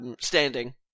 Standing